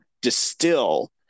distill